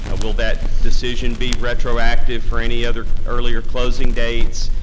ah will that decision be retroactive for any other earlier closing dates?